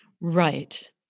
Right